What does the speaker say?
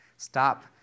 Stop